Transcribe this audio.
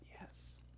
Yes